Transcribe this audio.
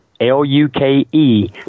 L-U-K-E